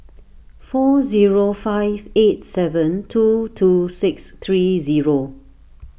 four zero five eight seven two two six three zero